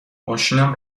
ماشینم